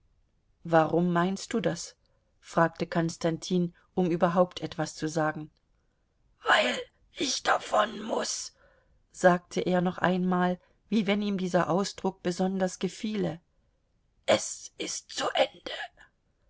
warum meinst du das fragte konstantin um überhaupt etwas zu sagen weil ich davon muß sagte er noch einmal wie wenn ihm dieser ausdruck besonders gefiele es ist zu ende